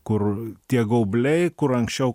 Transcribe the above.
kur tie gaubliai kur anksčiau